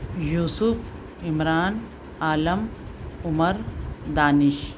Yusuf Imran Alam Umar Danish